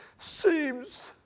seems